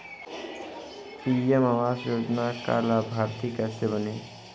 PM आवास योजना का लाभर्ती कैसे बनें?